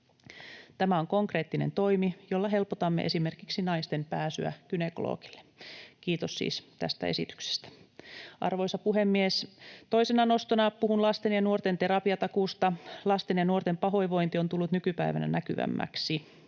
Tämä on konkreettinen toimi, jolla helpotamme esimerkiksi naisten pääsyä gynekologille. Kiitos siis tästä esityksestä. Arvoisa puhemies! Toisena nostona puhun lasten ja nuorten terapiatakuusta. Lasten ja nuorten pahoinvointi on tullut nykypäivänä näkyvämmäksi.